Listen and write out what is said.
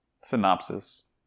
synopsis